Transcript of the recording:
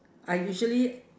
I usually